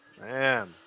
Man